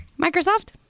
Microsoft